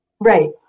Right